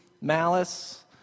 malice